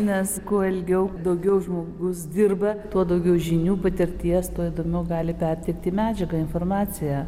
nes kuo ilgiau daugiau žmogus dirba tuo daugiau žinių patirties tuo įdomiau gali perteikti medžiagą informaciją